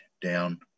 down